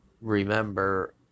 remember